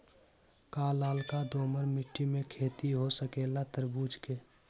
का लालका दोमर मिट्टी में खेती हो सकेला तरबूज के?